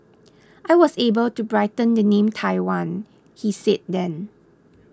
I was able to brighten the name Taiwan he said then